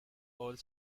old